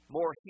more